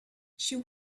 she